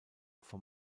vom